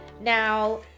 Now